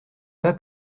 pas